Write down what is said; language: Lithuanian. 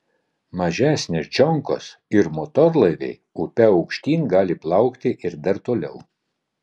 mažesnės džonkos ir motorlaiviai upe aukštyn gali plaukti ir dar toliau